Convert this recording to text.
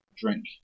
drink